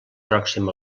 pròxim